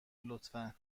لطفا